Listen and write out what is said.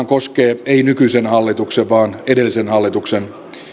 koske nykyisen hallituksen vaan edellisen hallituksen